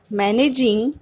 managing